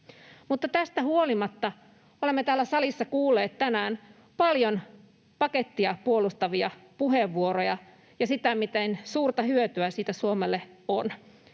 tästä huolimatta olemme täällä salissa kuulleet tänään paljon pakettia puolustavia puheenvuoroja ja sitä, miten suurta hyötyä siitä Suomelle on.